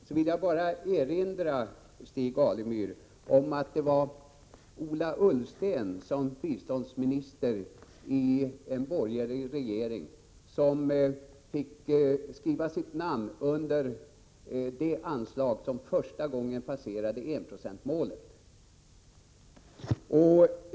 Jag vill då bara erinra Stig Alemyr om att det var Ola Ullsten som i egenskap av biståndsminister i en borgerlig regering fick skriva sitt namn under den anslagsframställning som första gången passerade enprocentsmålet.